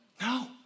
No